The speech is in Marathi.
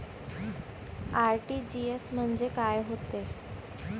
आर.टी.जी.एस म्हंजे काय होते?